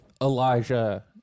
Elijah